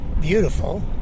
beautiful